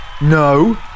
No